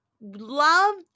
loved